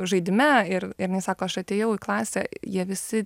žaidime ir ir jinai sako aš atėjau į klasę jie visi